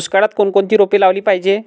दुष्काळात कोणकोणती रोपे लावली पाहिजे?